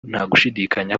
ntagushidikanya